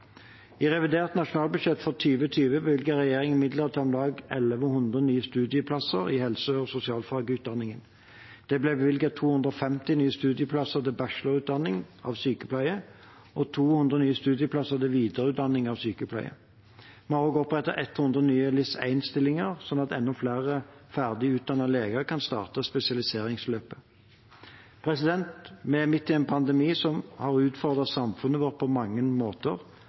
I revidert nasjonalbudsjett for 2020 bevilget regjeringen midler til om lag 1 100 nye studieplasser i helse- og sosialfagutdanningene. Det ble bevilget 250 nye studieplasser til bachelorutdanning av sykepleiere og 200 nye studieplasser til videreutdanning av sykepleiere. Vi har også opprettet 100 nye LIS1-stillinger, slik at enda flere ferdig utdannede leger kan starte spesialiseringsløpet. Vi er midt i en pandemi som har utfordret samfunnet vårt på mange måter,